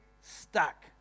stuck